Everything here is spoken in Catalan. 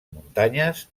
muntanyes